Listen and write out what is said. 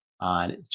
on